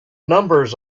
numbers